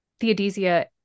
Theodisia